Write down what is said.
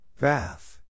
Bath